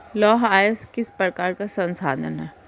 लौह अयस्क किस प्रकार का संसाधन है?